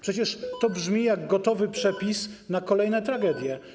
Przecież to brzmi jak gotowy przepis na kolejne tragedie.